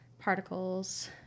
particles